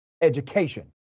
education